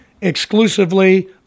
exclusively